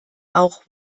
auch